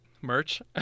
merch